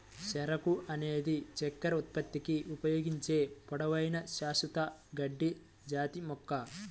చెరకు అనేది చక్కెర ఉత్పత్తికి ఉపయోగించే పొడవైన, శాశ్వత గడ్డి జాతి మొక్క